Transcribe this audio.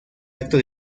acto